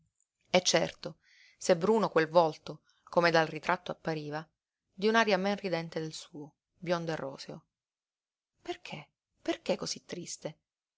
e certo se bruno quel volto come dal ritratto appariva di un'aria men ridente del suo biondo e roseo perché perché cosí triste